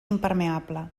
impermeable